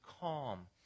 calm